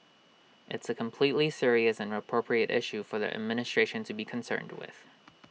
it's A completely serious and appropriate issue for the administration to be concerned with